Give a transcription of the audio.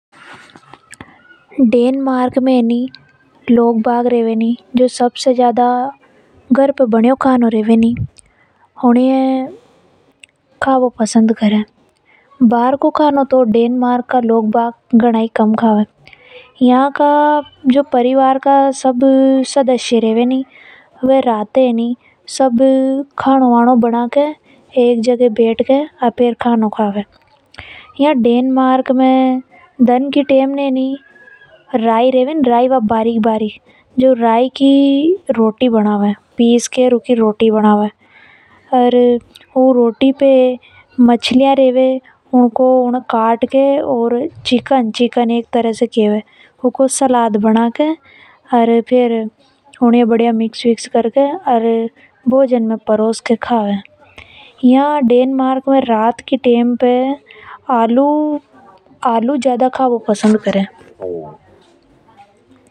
डेनमार्क में जो लोग रेवे नि वो सबसे ज्यादा घर पर बनियों खानो खा बो पसंद करे। बार को खानो तो ये लोग बहुत कम कावे यहां का जो परिवार का लोग होवे वे सब रात को एक साथ खानो बनाकर ओर सब एक जगह बैठकर खानो कावे। यहां डेनमार्क में दिन के टेम में लोग राय की रोटी बनावे। ऊ रोटी पर मास को चिकन बनाकर उ को सलाद बनाकर के रोटी पर लगाकर के कावे। डेनमार्क में रात की टेम पे आलू ज्यादा का बो पसंद करे।